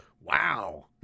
Wow